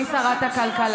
לא תוכלי לשבת עליהן.